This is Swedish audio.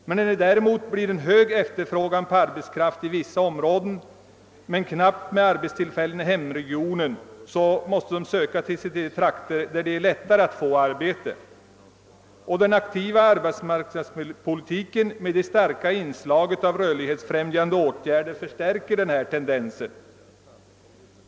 Om det däremot blir stor efterfrågan på arbetskraft i vissa områden men knappt med arbetstillfällen i hemregionen, måste arbetskraften söka sig till trakter där det är lättare att få arbete. Den aktiva arbetsmarknadspolitiken innebär starka inslag av rörlighetsfrämjande åtgärder och förstärker denna tendens.